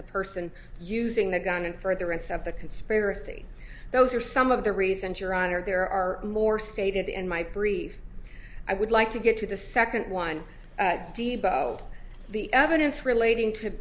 the person using the gun in furtherance of the conspiracy those are some of the reasons your honor there are more stated in my brief i would like to get to the second one of the evidence relating to